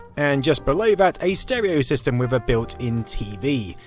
and just below that a stereo system with a built in tv.